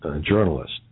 journalist